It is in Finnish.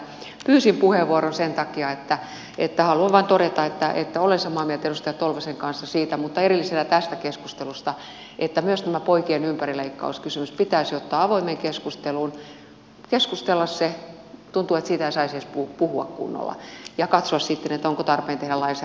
pyysin puheenvuoron sen takia että haluan vain todeta että olen samaa mieltä edustaja tolvasen kanssa siitä mutta erillisenä tästä keskustelusta että myös tämä poikien ympärileikkauskysymys pitäisi ottaa avoimeen keskusteluun keskustella se tuntuu että siitä ei saisi edes puhua kunnolla ja katsoa sitten onko tarpeen tehdä lainsäädännön muutoksia